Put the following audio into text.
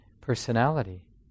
personality